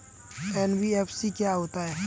NBFC क्या होता है?